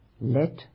let